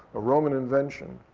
a roman invention,